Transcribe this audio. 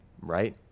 Right